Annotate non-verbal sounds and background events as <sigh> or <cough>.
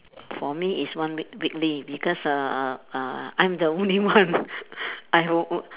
for me it's one week weekly because uh uh uh I'm the only one <laughs> I o~ o~